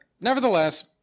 nevertheless